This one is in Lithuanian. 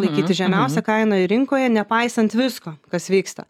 laikyti žemiausią kainą rinkoje nepaisant visko kas vyksta